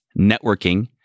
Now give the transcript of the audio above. networking